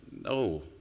No